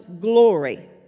glory